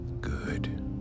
Good